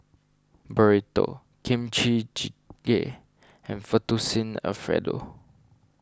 Burrito Kimchi Jjigae and Fettuccine Alfredo